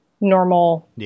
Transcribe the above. normal